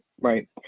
right